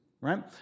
right